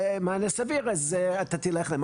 אתה תלך אליהם,